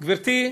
גברתי,